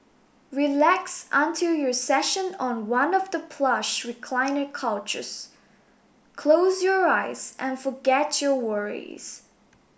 relax until your session on one of the plush recliner couches close your eyes and forget your worries